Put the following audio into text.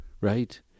right